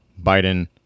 Biden